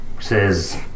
Says